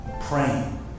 praying